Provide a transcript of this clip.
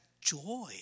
joy